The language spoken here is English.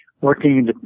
working